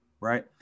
right